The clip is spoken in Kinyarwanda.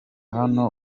hano